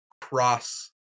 cross